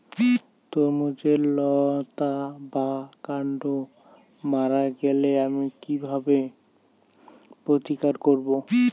তরমুজের লতা বা কান্ড মারা গেলে আমি কীভাবে প্রতিকার করব?